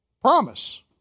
promise